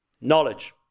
Knowledge